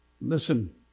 Listen